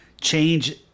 change